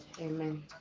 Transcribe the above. Amen